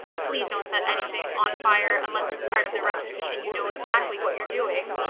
please don't set anything on fire unless it's part of the recipe and you know exactly what you're doing.